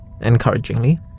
Encouragingly